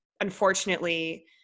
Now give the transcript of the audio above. unfortunately